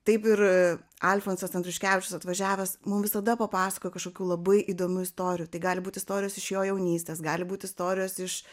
taip ir alfonsas andriuškevičius atvažiavęs mum visada papasakoja kažkokių labai įdomių istorijų tai gali būt istorijos iš jo jaunystės gali būt istorijos iš